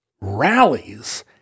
rallies